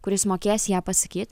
kuris mokės ją pasakyt